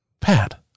Pat